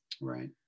Right